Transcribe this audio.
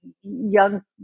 young